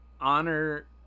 honor